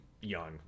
young